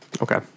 Okay